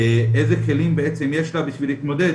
איזה כלים יש לה בשביל להתמודד,